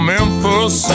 Memphis